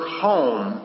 home